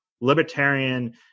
libertarian